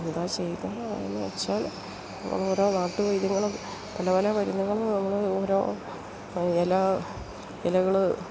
എന്താ ചെയ്തത് എന്ന് പറയുന്നത് വെച്ചാൽ ഓരോ നാട്ടുവൈദ്യങ്ങളും പല പല മരുന്നുകളും നമ്മൾ ഓരോ ഇല ഇലകൾ